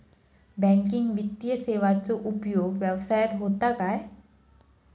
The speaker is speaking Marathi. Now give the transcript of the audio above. बँकिंग वित्तीय सेवाचो उपयोग व्यवसायात होता काय?